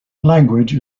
language